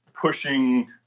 pushing